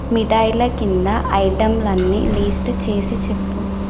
మిఠాయిల కింద ఐటెంలన్నీ లీస్టు చేసి చెప్పు